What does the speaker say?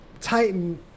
Titan